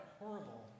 horrible